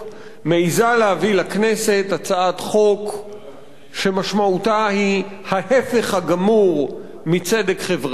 מעזה להביא לכנסת הצעת חוק שמשמעותה היא ההיפך הגמור מצדק חברתי,